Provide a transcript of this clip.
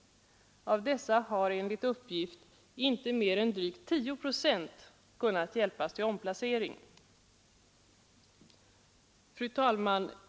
Av dessa har enligt uppgift inte mer än drygt 10 procent kunnat hjälpas till omplacering. Fru talman!